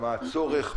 מה הצורך,